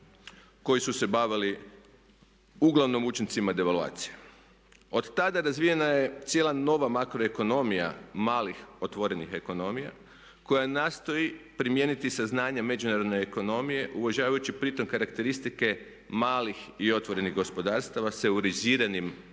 koji su se bavili uglavnom učincima devaluacije. Od tada razvijena je cijela nova makroekonomija malih otvorenih ekonomija koja nastoji primijeniti saznanje međunarodne ekonomije uvažavajući pritom karakteristike malih i otvorenih gospodarstava sa euroiziranim dugovima